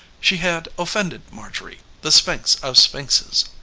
she had offended marjorie, the sphinx of sphinxes.